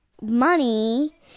money